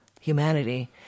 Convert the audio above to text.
humanity